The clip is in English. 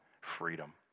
freedom